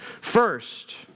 first